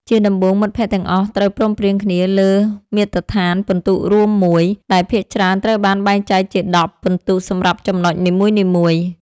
ជាដំបូង មិត្តភក្តិទាំងអស់ត្រូវព្រមព្រៀងគ្នាលើមាត្រដ្ឋានពិន្ទុរួមមួយ ដែលភាគច្រើនត្រូវបានបែងចែកជា ១០ ពិន្ទុសម្រាប់ចំណុចនីមួយៗ។